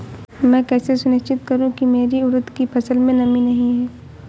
मैं कैसे सुनिश्चित करूँ की मेरी उड़द की फसल में नमी नहीं है?